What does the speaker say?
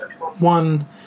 one